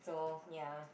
so ya